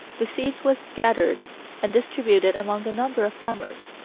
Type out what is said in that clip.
the seed was gathered and distributed among a number of farmers,